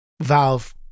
valve